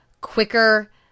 quicker